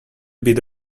bit